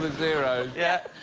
but zero. yeah.